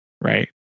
Right